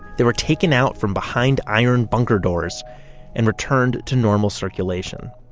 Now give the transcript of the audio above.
they were taken out from behind iron bunker doors and returned to normal circulation